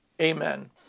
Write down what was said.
Amen